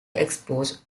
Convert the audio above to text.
expose